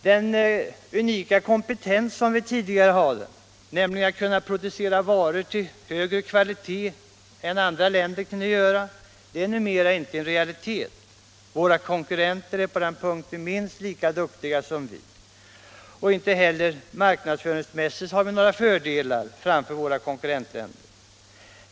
Den unika kompetens som vi tidigare hade, nämligen att kunna producera varor av högre kvalitet än andra länder, är numera inte en realitet. Våra konkurrenter producerar nu varor av minst lika god kvalitet som vi. Näringspolitiken Näringspolitiken Inte heller marknadsföringsmässigt har vi några fördelar framför konkurrentländerna.